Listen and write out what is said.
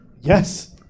Yes